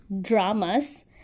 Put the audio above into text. dramas